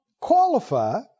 qualify